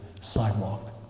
sidewalk